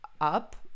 up